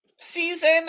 Season